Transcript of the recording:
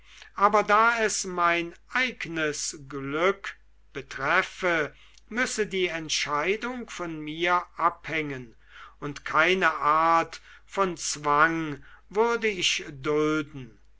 aber da es mein eignes glück betreffe müsse die entscheidung von mir abhängen und keine art von zwang würde ich dulden